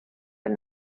but